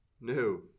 No